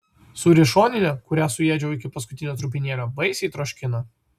sūri šoninė kurią suėdžiau iki paskutinio trupinėlio baisiai troškina